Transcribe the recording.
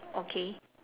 okay